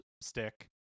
stick